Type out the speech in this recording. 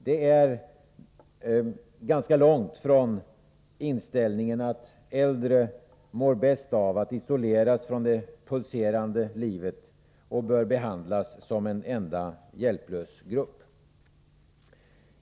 Det är ganska långt från inställningen, att äldre mår bäst av att isoleras från det pulserande livet och bör behandlas som en enda hjälplös grupp.